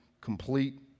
complete